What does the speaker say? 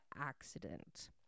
accident